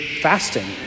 fasting